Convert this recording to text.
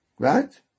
Right